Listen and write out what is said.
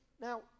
Now